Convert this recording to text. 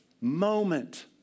moment